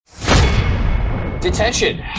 Detention